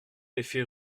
effet